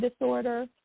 disorder